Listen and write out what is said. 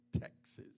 Texas